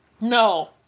No